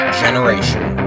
generation